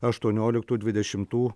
aštuonioliktų dvidešimtų